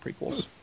prequels